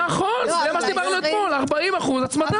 נכון, זה מה שדיברנו אתמול, 40% הצמדה.